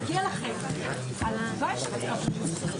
ננעלה בשעה